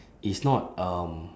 is not um